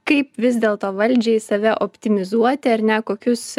kaip vis dėlto valdžiai save optimizuoti ar ne kokius